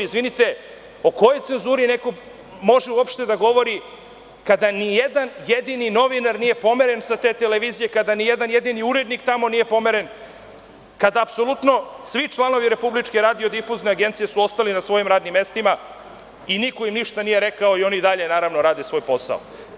Izvinite, o kojoj cenzuri neko uopšte može da govori kada nijedan jedini novinar nije pomeren sa te televizije, kada nijedan jedini urednik tamo nije pomeren, kada apsolutno svi članovi RRA su ostali na svojim radnim mestima i niko im ništa nije rekao i oni i dalje rade svoj posao.